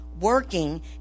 Working